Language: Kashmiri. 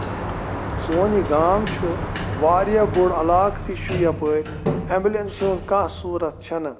سون یہِ گام چھُ واریاہ بوٚڑ علاقہٕ تہِ چھُ یہِ یَپٲر ایٚمبلینٕس سٕنز کانٛہہ صوٗرت چھےٚ نہٕ